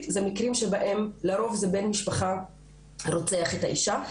אלה מקרים שבהם לרוב זה בן משפחה רוצח את האישה,